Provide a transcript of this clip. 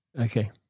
Okay